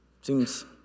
Seems